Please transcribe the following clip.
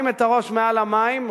מנסה להרים את הראש מעל המים,